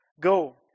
Go